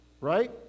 right